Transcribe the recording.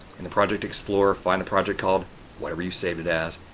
in the project explorer, find the project called whatever you've saved it as.